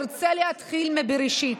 ארצה להתחיל מבראשית.